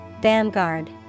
Vanguard